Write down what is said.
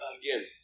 again